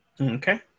Okay